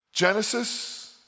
Genesis